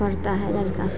पढ़ता है लड़का सब